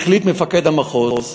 החליט מפקד המחוז,